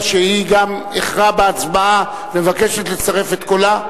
שהיא איחרה בהצבעה ומבקשת לצרף את קולה.